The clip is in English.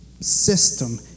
system